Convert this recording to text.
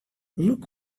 look